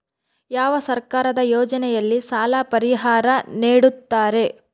ಯಾವ ಸರ್ಕಾರದ ಯೋಜನೆಯಲ್ಲಿ ಸಾಲ ಪರಿಹಾರ ನೇಡುತ್ತಾರೆ?